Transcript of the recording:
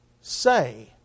say